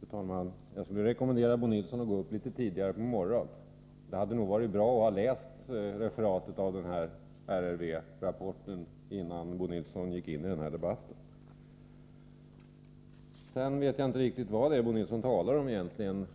Fru talman! Jag skulle rekommendera Bo Nilsson att gå upp litet tidigare på morgonen. Det hade nog varit bra att ha läst referatet i RRV-rapporten innan Bo Nilsson gick in i den här debatten. Sedan vet jag inte riktigt vad det är Bo Nilsson talar om egentligen.